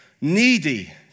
needy